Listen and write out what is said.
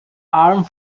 armed